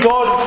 God